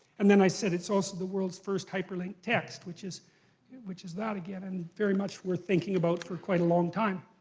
and then i said it's also the world's first hyper-linked text, which is which is that again. and it's very much worth thinking about for quite a long time.